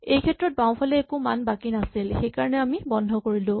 এইক্ষেত্ৰত বাওঁফালে একো মান বাকী নাছিল সেইকাৰণে আমি বন্ধ কৰিলো